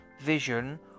vision